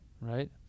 Right